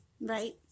Right